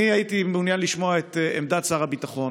אני הייתי מעוניין לשמוע את עמדת שר הביטחון